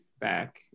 back